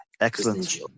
Excellent